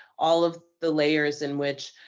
all of the layers in which,